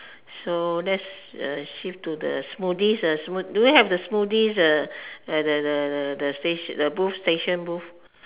so let's uh shift to the smoothies uh smoothies do you have the smoothies the the the the station the booth station booth